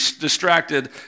distracted